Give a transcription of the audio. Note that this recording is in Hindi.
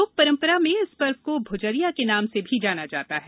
लोग परम्परा में इस पर्व को भुजरिया के नाम से भी जाना जाता है